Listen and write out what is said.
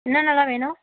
என்னென்னலாம் வேணும்